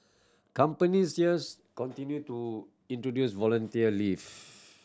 companies there's continue to introduce volunteer leave